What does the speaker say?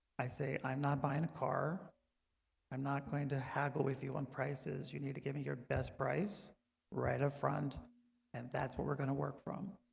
i say i'm not buying a car i'm not going to haggle with you on prices you need to give me your best price right up ah front and that's what we're gonna work from